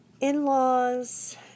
in-laws